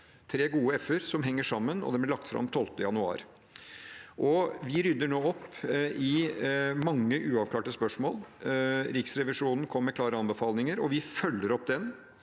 tre gode f-er som henger sammen. Den ble lagt fram 12. januar. Vi rydder nå opp i mange uavklarte spørsmål. Riksrevisjonen kom med klare anbefalinger, og vi følger dem